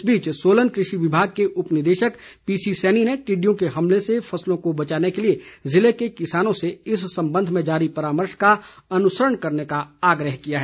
इस बीच सोलन कृषि विभाग के उप निरेशक पीसी सैनी ने टिड्डियों के हमले से फसलों को बचाने के लिए ज़िले के किसानों से इस संबंध में जारी परामर्श का अनुसरण करने का आग्रह किया है